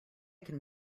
can